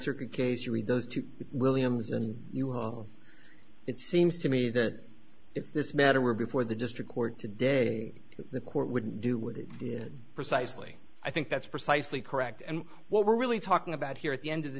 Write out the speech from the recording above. circuit case you read those two williams and you will it seems to me that if this matter were before the district court today the court wouldn't do what it did precisely i think that's precisely correct and what we're really talking about here at the end of the